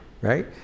right